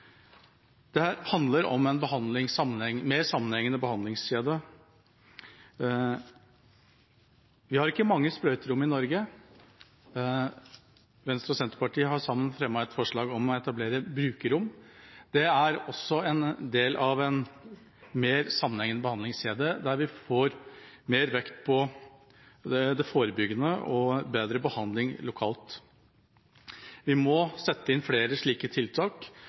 handler om en mer sammenhengende behandlingskjede. Vi har ikke mange sprøyterom i Norge. Venstre og Senterpartiet har sammen fremmet et forslag om å etablere brukerrom. Det er også en del av en mer sammenhengende behandlingskjede der vi får mer vekt på det forebyggende og bedre behandling lokalt. Vi må sette inn flere slike tiltak,